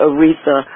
Aretha